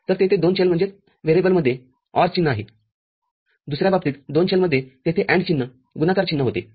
तरतिथे दोन चलमध्ये OR चिन्ह आहे दुसर्या बाबतीत दोन चलमध्ये तिथे AND चिन्ह गुणाकार चिन्ह होते